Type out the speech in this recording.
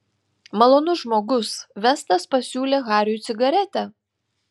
malonus žmogus vestas pasiūlė hariui cigaretę